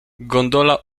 gondola